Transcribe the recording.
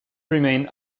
remains